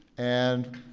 and